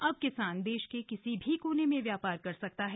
अब किसान देश के किसी भी कोने में व्यापार कर सकता है